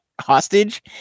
hostage